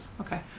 Okay